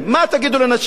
מה תגידו לנשים?